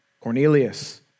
Cornelius